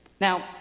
Now